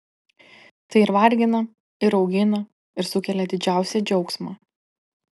tai ir vargina ir augina ir sukelia didžiausią džiaugsmą